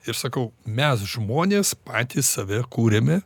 ir sakau mes žmonės patys save kuriame